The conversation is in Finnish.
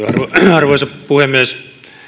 arvoisa puhemies